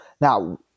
Now